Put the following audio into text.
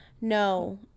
no